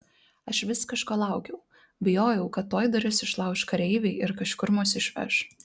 aš vis kažko laukiau bijojau kad tuoj duris išlauš kareiviai ir kažkur mus išveš